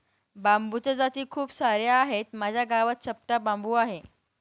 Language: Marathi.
बांबूच्या जाती खूप सार्या आहेत, माझ्या गावात चपटा बांबू आहे